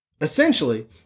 Essentially